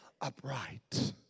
upright